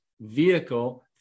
vehicle